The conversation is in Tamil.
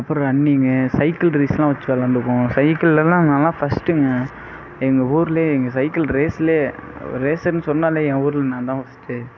அப்புறம் ரன்னிங்கு சைக்கிள் ரேஸ்லாம் வெச்சு விளாண்டுப்போம் சைக்கிள்லெல்லா நான்லா ஃபர்ஸ்ட்டுங்க எங்கள் ஊரிலையே எங்கள் சைக்கிள் ரேஸிலையே ரேஸ்னு சொன்னாலே என் ஊரில் நான்தான் ஃபர்ஸ்டு